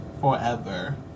forever